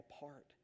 apart